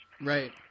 Right